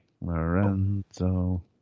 Lorenzo